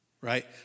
Right